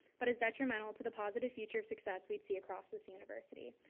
but is detrimental to the positive future of success we'd see across this university.